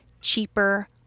cheaper